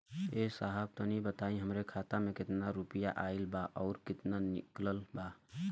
ए साहब तनि बताई हमरे खाता मे कितना केतना रुपया आईल बा अउर कितना निकलल बा?